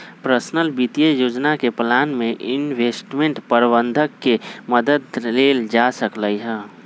personal वित्तीय योजना के प्लान में इंवेस्टमेंट परबंधक के मदद लेल जा सकलई ह